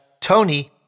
Tony